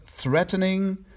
threatening